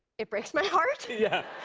it breaks my heart. yeah.